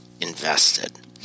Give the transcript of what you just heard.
invested